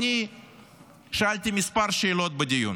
אני שאלתי כמה שאלות בדיון: